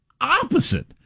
opposite